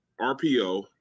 RPO